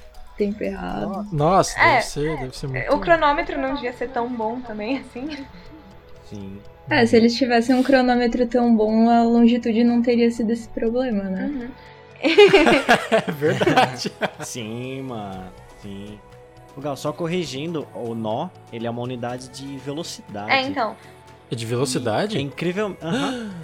Tempo errado. Nossa, deve É, ser- é. deve ser O muito- cronômetro não devia ser tão bom também, assim. Sim. É, se Uhum. eles tivessem um cronômetro tão bom, a longitude não teria sido esse problema, né? Uhum. É verdade. Sim, mano, sim. Ô, Gal, só corrigindo, o nó, ele é uma unidade de velocidade. É, então. É de velocidade? Sim, é incrivelmente. Aham.